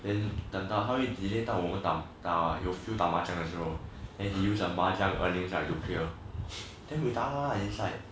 then 等到他会 delay 到我们有 feel 要打麻将的时候 then he use the 麻将 earnings right to clear then buay tahan lah it's like